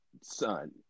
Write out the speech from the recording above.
son